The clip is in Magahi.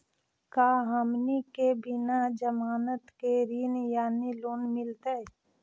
का हमनी के बिना जमानत के ऋण यानी लोन मिलतई?